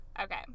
Okay